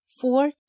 four